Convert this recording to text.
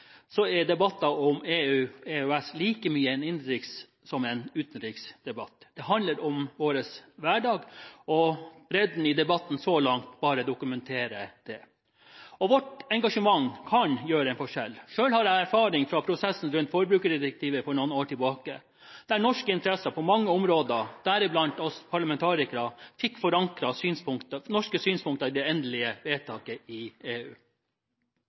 er debatter om EU og EØS like mye innenriksdebatter som utenriksdebatter. Det handler om vår hverdag. Bredden i debatten så langt dokumenterer det. Vårt engasjement kan gjøre en forskjell. Selv har jeg erfaring fra prosessen for noen år siden rundt forbrukerdirektivet, der norske interesser – deriblant vi parlamentarikere – på mange områder fikk forankret norske synspunkter i det endelige vedtaket i EU.